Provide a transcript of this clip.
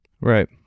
Right